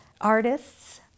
artists